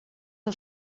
del